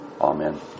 Amen